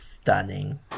stunning